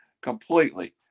completely